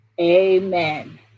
amen